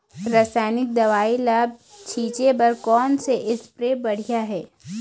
रासायनिक दवई ला छिचे बर कोन से स्प्रे बढ़िया हे?